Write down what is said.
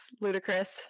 ludicrous